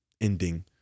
ending